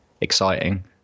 exciting